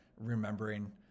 remembering